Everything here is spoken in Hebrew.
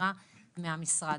תדירה מהמשרד.